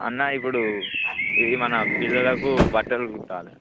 అన్నా ఇప్పుడు ఇది మన పిల్లలకు బట్టలు కుట్టాలి